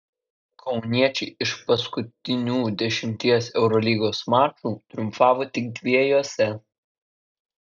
kauniečiai iš paskutinių dešimties eurolygos mačų triumfavo tik dviejuose